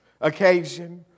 occasion